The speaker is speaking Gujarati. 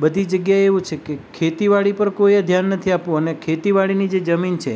બધી જગ્યાએ એવું છે કે ખેતીવાડી પર કોઈ ધ્યાન નથી આપવું અને ખેતીવાડીની જે જમીન છે